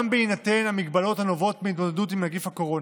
בהינתן המגבלות הנובעות מהתמודדות עם נגיף הקורונה.